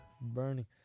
burning